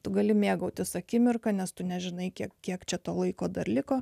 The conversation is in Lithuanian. tu gali mėgautis akimirka nes tu nežinai kiek kiek čia to laiko dar liko